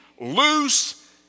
loose